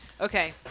Okay